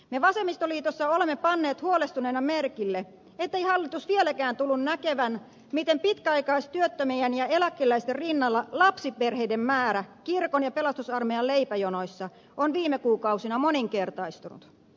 me vasemmistoliitossa olemme panneet huolestuneina merkille ettei hallitus vieläkään tunnu näkevän miten pitkäaikaistyöttömien ja eläkeläisten rinnalla lapsiperheiden määrä kirkon ja pelastusarmeijan leipäjonoissa on viime kuukausina moninkertaistunut